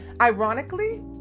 Ironically